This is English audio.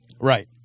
Right